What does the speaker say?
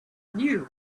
knew